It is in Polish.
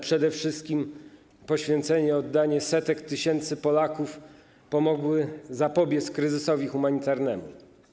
przede wszystkim poświęcenie, oddanie setek tysięcy Polaków pomogły zapobiec kryzysowi humanitarnemu.